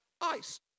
ice